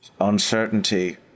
uncertainty